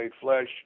Flesh